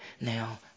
now